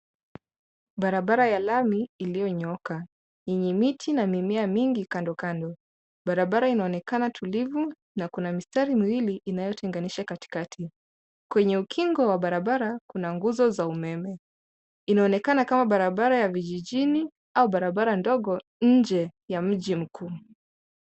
Barabara ya lami iliyonyooka yenye miti na mimea mingi kando kando. Barabara inaonekana tulivu na kuna mistari miwili Inayotenganisha katikati. Kwenye ukingo wa barabara kuna nguzo za umeme inaonekana kama barabara ya kijijini au barabara ndogo nje ya mji mkuu.